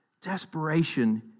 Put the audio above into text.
Desperation